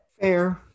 Fair